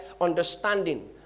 understanding